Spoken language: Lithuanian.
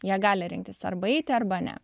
jie gali rinktis arba eiti arba ne